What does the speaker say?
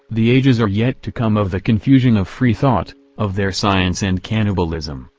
the ages are yet to come of the confusion of free thought, of their science and cannibalism.